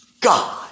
God